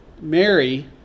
Mary